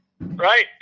right